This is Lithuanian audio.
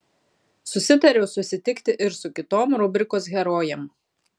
susitariau susitikti ir su kitom rubrikos herojėm